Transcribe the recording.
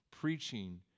preaching